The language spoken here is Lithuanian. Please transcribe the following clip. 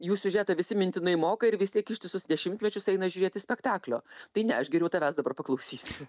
jų siužetą visi mintinai moka ir vis tiek ištisus dešimtmečius eina žiūrėti spektaklio tai ne aš geriau tavęs dabar paklausysiu